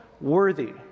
worthy